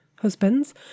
husbands